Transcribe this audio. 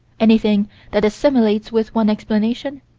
anything that assimilates with one explanation,